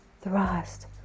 thrust